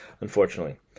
unfortunately